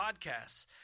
podcasts